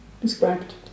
described